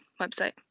website